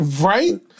Right